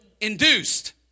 induced